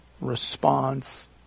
response